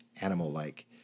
animal-like